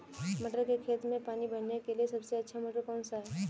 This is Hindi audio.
मटर के खेत में पानी भरने के लिए सबसे अच्छा मोटर कौन सा है?